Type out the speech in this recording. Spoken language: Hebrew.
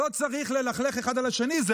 לא צריך ללכלך אחד על השני.